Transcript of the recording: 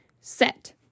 set